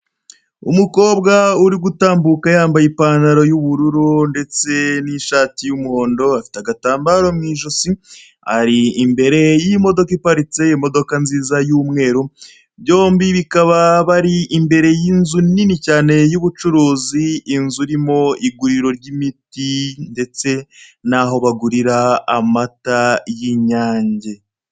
Umukobwa uri gutambuka yambaye ipantaro y'ubururu ndetse n'ishati y'umuhondo, afite agatambaro mu ijosi, ari imbere y'imodoka iparitse, imodoka nziza y'umweru, byombi bikaba bari imbere y'inzu nini cyane y'ubucuruzi, inzu irimo iguriro ry'imiti ndetse n'aho bagurira amata y'inyange.